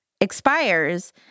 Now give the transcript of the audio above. expires